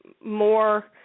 more